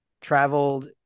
traveled